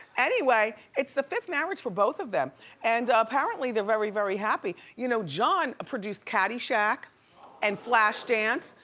anyway, it's the fifth marriage for both of them and apparently they're very, very happy. you know, john produced caddyshack and flashdance,